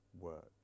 work